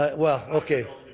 but well, okay.